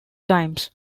times